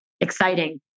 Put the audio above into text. exciting